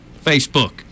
Facebook